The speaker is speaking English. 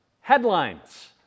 headlines